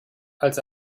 als